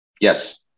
Yes